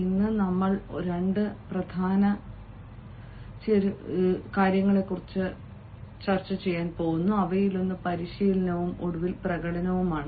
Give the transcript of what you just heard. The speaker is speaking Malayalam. ഇന്ന് നമ്മൾ 2 പ്രധാന ചേരുവകൾ സ്പർശിക്കാൻ പോകുന്നു അവയിലൊന്ന് പരിശീലനവും ഒടുവിൽ പ്രകടനവുമാണ്